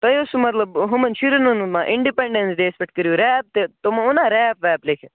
تۄہہِ اوسوٕ مطلب ہُمَن شُرٮ۪ن ہُنٛد ما اِنڈِپٮ۪نٛڈٮ۪نس ڈیس پٮ۪ٹھ کٔرِو ریپ تہٕ تِمو اوٚنا ریپ ویپ لیکھِتھ